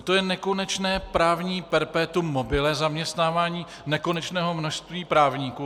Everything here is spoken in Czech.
To je nekonečné právní perpetuum mobile, zaměstnávání nekonečného množství právníků.